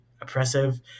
oppressive